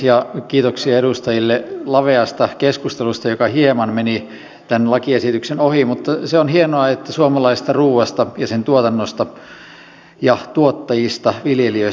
ja kiitoksia edustajille laveasta keskustelusta joka hieman meni tämän lakiesityksen ohi mutta se on hienoa että suomalaisesta ruoasta ja sen tuotannosta ja tuottajista viljelijöistä puhutaan